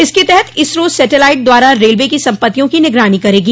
इसके तहत इसरो सेटेलाइट द्वारा रेलवे की सम्पत्तियों की निगरानी करेगी